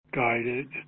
guided